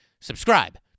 Subscribe